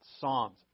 Psalms